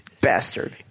bastard